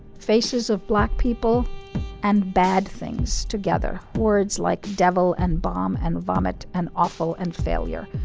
faces of black people and bad things together, words like devil and bomb and vomit an awful and failure.